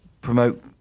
promote